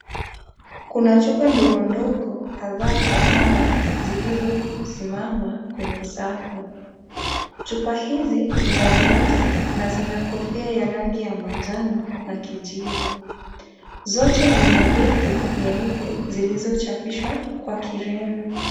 Kuna chupa ndogo ndogo kadhaa za dawa zilizosimama kwenye safu. Chupa hizi ni za glasi na zina kofia ya rangi ya manjano na kijivu. Zote zina lebo nyeupe zilizochapishwa kwa Kireno.